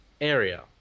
area